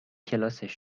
کلاسش